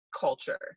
culture